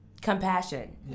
compassion